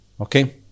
Okay